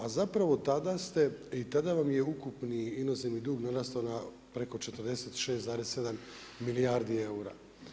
A zapravo tada ste i tada vam je ukupni inozemni dug narastao na preko 46,7 milijardi eura.